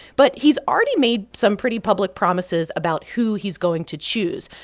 but he's already made some pretty public promises about who he's going to choose.